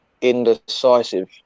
Indecisive